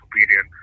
superior